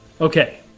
Okay